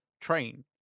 train